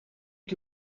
que